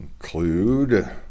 include